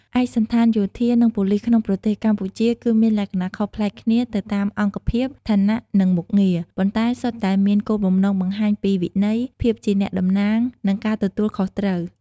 ឯកសណ្ឋានយោធា និងប៉ូលីសក្នុងប្រទេសកម្ពុជា គឺមានលក្ខណៈខុសប្លែកគ្នាទៅតាមអង្គភាព ឋានៈ និងមុខងារ ប៉ុន្តែសុទ្ធតែមានគោលបំណងបង្ហាញពីវិន័យ ភាពជាអ្នកតំណាង និងការទទួលខុសត្រូវ។